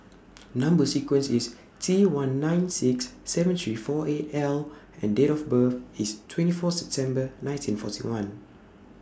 Number sequence IS T one nine six seven three four eight L and Date of birth IS twenty four September nineteen forty one